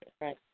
Right